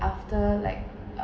after like